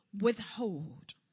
withhold